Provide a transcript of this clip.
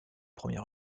premier